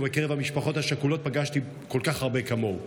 ובקרב המשפחות השכולות פגשתי כל כך הרבה כמוהו.